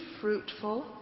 fruitful